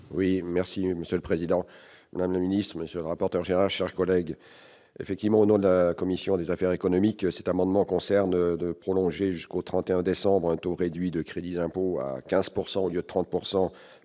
Oui, merci Monsieur le Président, on administre, monsieur le rapporteur Gérard, chers collègues, effectivement, au nom de la commission des affaires économiques, cet amendement concerne de prolonger jusqu'au 31 décembre un taux réduit de crédits d'impôts à 15 pourcent au lieu de 30